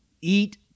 eat